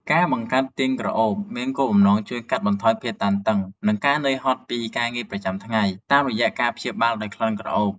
ការបង្កើតទៀនក្រអូបមានគោលដៅជួយកាត់បន្ថយភាពតានតឹង និងការនឿយហត់ពីការងារប្រចាំថ្ងៃ តាមរយៈការព្យាបាលដោយក្លិនក្រអូប។